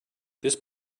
this